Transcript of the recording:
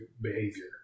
behavior